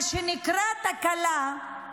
מה שנקרא "תקלה".